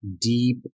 deep